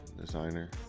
designer